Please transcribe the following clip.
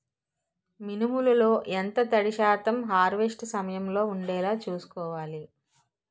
మినుములు లో ఎంత తడి శాతం హార్వెస్ట్ సమయంలో వుండేలా చుస్కోవాలి?